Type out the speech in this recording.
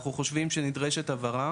אנחנו חושבים שנדרשת הבהרה